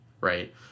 right